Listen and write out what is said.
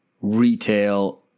retail